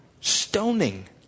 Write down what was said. Stoning